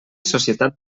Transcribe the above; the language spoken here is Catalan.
societat